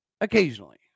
occasionally